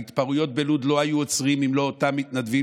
ההתפרעויות בלוד לא היו עוצרות אם לא אותם מתנדבים